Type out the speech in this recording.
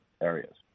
areas